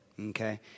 Okay